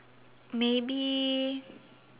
maybe